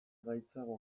gaitzagoa